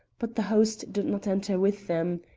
but the host did not enter with them.